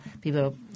people